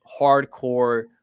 hardcore